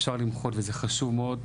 אפשר למחות וזה חשוב מאוד,